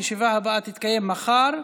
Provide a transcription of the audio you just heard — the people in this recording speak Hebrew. הישיבה הבאה תתקיים מחר,